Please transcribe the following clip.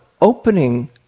opening